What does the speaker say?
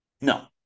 No